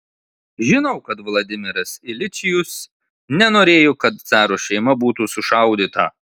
žinau kad vladimiras iljičius nenorėjo kad caro šeima būtų sušaudyta